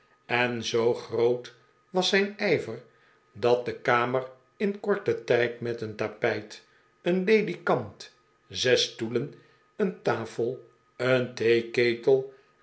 en zoo groot was zijn ijver dat de kamer in korten tijd met een tapijt een ledikant zes stoelen een taf